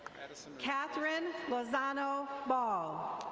catherine lozano ball.